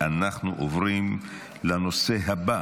אנחנו עוברים לנושא הבא